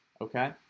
Okay